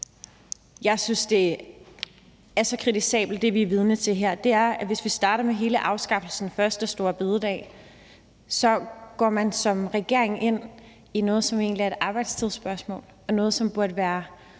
jeg synes, at det, vi er vidne til her, er så kritisabelt, er, at hvis vi starter med hele afskaffelsen af den første store bededag, gik man som regering ind i noget, som egentlig er et arbejdstidsspørgsmål, og som burde være